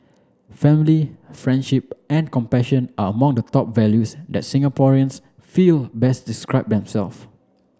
family friendship and compassion are among the top values that Singaporeans feel best describe themself